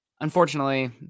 unfortunately